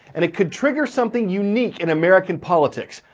and it could trigger something unique in american politics,